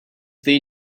they